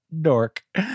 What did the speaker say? dork